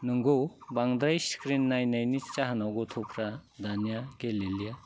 नोंगौ बांद्राय स्क्रिन नायनायनि जाहोनाव गथ'फ्रा दानिया गेलेलिया